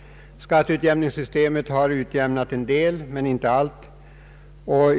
Skatteutjämningssystemet har utjämnat en del men inte allt.